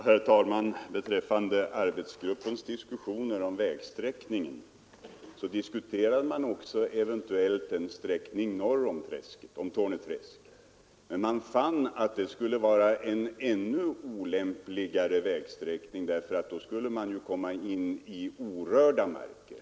Herr talman! Beträffande arbetsgruppens diskussioner om vägsträckningen diskuterade man också en eventuell sträckning norr om Torne träsk. Men man fann att det skulle vara en ännu olämpligare vägsträckning därför att man då skulle komma in på orörda marker.